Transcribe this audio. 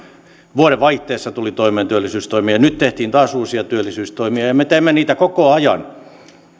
vuodenvaihteessa pantiin toimeen työllisyystoimia nyt tehtiin taas uusia työllisyystoimia ja me teemme niitä koko ajan